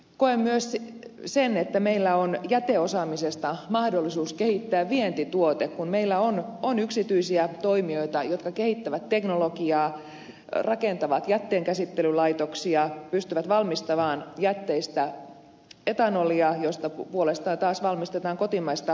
koen myös niin että meillä on jäteosaamisesta mahdollisuus kehittää vientituote kun meillä on yksityisiä toimijoita jotka kehittävät teknologiaa rakentavat jätteenkäsittelylaitoksia pystyvät valmistamaan jätteistä etanolia josta puolestaan taas valmistetaan kotimaista biopolttoainetta